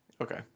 Okay